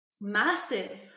massive